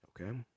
okay